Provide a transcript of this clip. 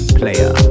player